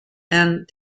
and